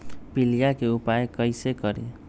पीलिया के उपाय कई से करी?